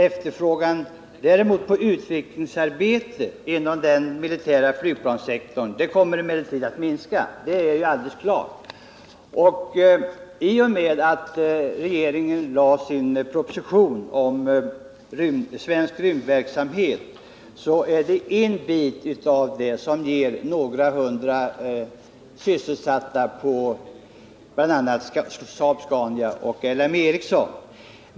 Efterfrågan på utvecklingsarbete inom den militära flygplanssektorn kommer emellertid att minska. Om förslaget i propositionen om svensk rymdverksamhet antas, får ca 200 sysselsättning bl.a. vid Saab-Scania och L M Ericsson.